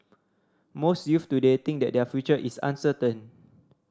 most youths today think that their future is uncertain